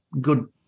good